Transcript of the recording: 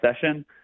session